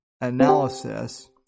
analysis